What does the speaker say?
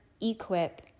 equip